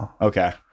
Okay